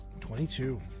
Twenty-two